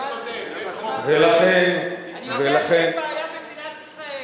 ולכן אני מציע,